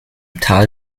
tal